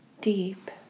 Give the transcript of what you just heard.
deep